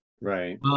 Right